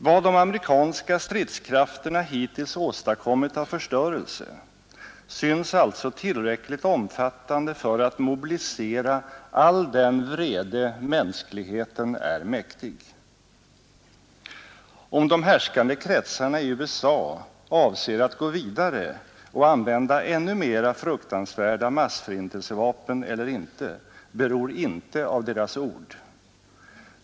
Vad de amerikanska stridskrafterna hittills åstadkommit av förstörelse syns alltså tillräckligt omfattande för att mobilisera all den vrede mänskligheten är mäktig. Om de härskande kretsarna i USA avser att gå vidare och använda ännu mera fruktansvärda massförintelsevapen eller inte beror inte av deras ord.